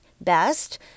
best